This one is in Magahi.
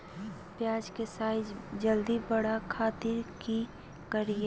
प्याज के साइज जल्दी बड़े खातिर की करियय?